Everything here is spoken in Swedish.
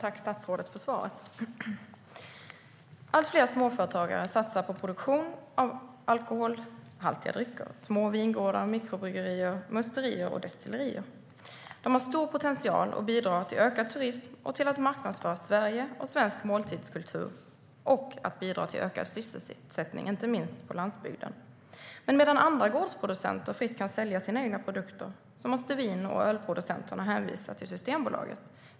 Fru talman! Allt fler småföretagare satsar på produktion av alkoholhaltiga drycker i små vingårdar, mikrobryggerier, musterier och destillerier. De har stor potential och bidrar till ökad turism, marknadsföring av Sverige och svensk måltidskultur samt ökad sysselsättning, inte minst på landsbygden. Men medan andra gårdsproducenter fritt kan sälja sina egna produkter måste vin och ölproducenterna hänvisas till Systembolaget.